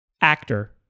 Actor